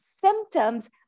symptoms